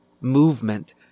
movement